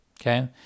okay